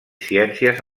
ciències